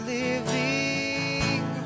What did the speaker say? living